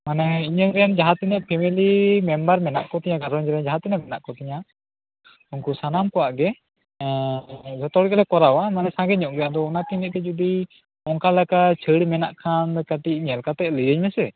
ᱢᱟᱱᱮ ᱤᱧᱟᱹᱝᱨᱮᱱ ᱡᱟᱦᱟᱸ ᱛᱤᱱᱟᱹᱝ ᱯᱷᱮᱢᱤᱞᱤ ᱢᱮᱢᱵᱟᱨ ᱢᱮᱱᱟᱜ ᱠᱚ ᱛᱤᱧᱟᱹ ᱜᱷᱟᱨᱚᱸᱡᱽ ᱨᱤᱱ ᱡᱟᱦᱟᱸ ᱛᱤᱱᱟ ᱜ ᱢᱮᱱᱟᱜ ᱠᱚ ᱛᱤᱧᱟᱹ ᱩᱱᱠᱩ ᱥᱟᱱᱟᱢ ᱠᱚᱣᱟᱜ ᱜᱮ ᱡᱚᱛᱚᱦᱚᱲ ᱜᱮᱞᱮ ᱠᱚᱨᱟᱣᱟ ᱢᱟᱱᱮ ᱥᱟᱺᱜᱮ ᱧᱚᱜ ᱜᱮ ᱟᱫᱚ ᱚᱱᱟᱛᱮ ᱡᱩᱫᱤ ᱚᱱᱠᱟᱞᱮᱠᱟ ᱪᱟ ᱲ ᱢᱮᱱᱟᱜ ᱠᱷᱟᱱ ᱠᱟ ᱴᱤᱡ ᱧᱮᱞ ᱠᱟᱛᱮ ᱞᱟ ᱭᱟ ᱧᱢᱮᱥᱮ